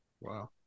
Wow